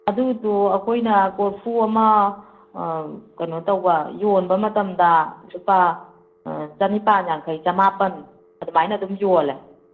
ꯑꯗꯨꯗꯣ ꯑꯩꯈꯣꯏꯅ ꯀꯣꯔꯐꯨ ꯑꯃ ꯀꯩꯅꯣ ꯇꯧꯕ ꯌꯣꯟꯕ ꯃꯇꯝꯗ ꯂꯨꯄꯥ ꯆꯅꯤꯄꯥꯜ ꯌꯥꯡꯈꯩ ꯆꯃꯥꯄꯜ ꯑꯗꯨꯃꯥꯏꯅ ꯑꯗꯨꯝ ꯌꯣꯜꯂꯦ